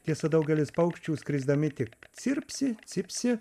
tiesa daugelis paukščių skrisdami tik cirpsi cipsi